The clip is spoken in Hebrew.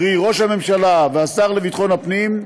קרי ראש הממשלה והשר לביטחון הפנים,